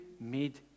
made